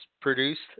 produced